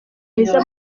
mwiza